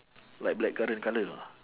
like blackcurrant colour know